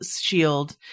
shield